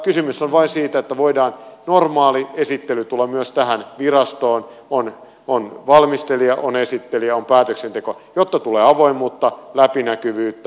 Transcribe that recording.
kysymys on vain siitä että voi normaali esittely tulla myös tähän virastoon on valmistelija on esittelijä on päätöksenteko jotta tulee avoimuutta läpinäkyvyyttä